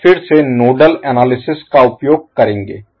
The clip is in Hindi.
हम फिर से नोडल एनालिसिस विश्लेषण Analysis का उपयोग करेंगे